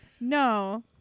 No